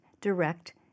direct